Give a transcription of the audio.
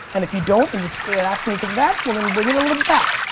and if you don't, and you're you're asking me because of that? well then bring in a little back.